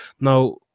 Now